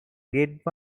grade